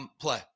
play